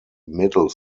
middle